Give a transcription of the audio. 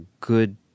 good